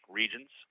regions